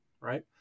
right